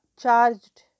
charged